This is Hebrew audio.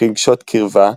- רגשות קרבה,